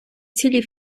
цілі